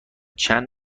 چند